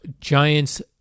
Giants